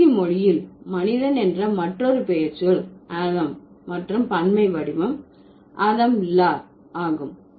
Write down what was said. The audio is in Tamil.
துருக்கி மொழியில் மனிதன் என்ற மற்றொரு பெயர்ச்சொல் ஆதாம் மற்றும் பன்மை வடிவம் ஆதாம் லார் ஆகும்